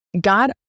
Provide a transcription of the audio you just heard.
God